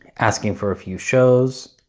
asking for a few shows.